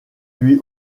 lui